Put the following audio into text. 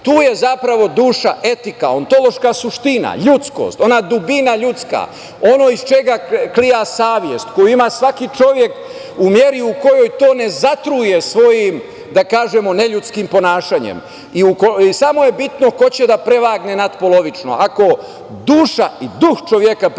tu je zapravo duša, etika, ontološka suština, ljudskost, ona dubina ljudska, ono iz čega klija savest, koju ima svaki čovek, u meri u kojoj to ne zatruje svojim, da kažemo, neljudskim ponašanjem i samo je bitno ko će da prevagne nadpolovično. Ako duša i duh čoveka prevagnu